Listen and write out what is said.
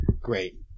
Great